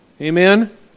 Amen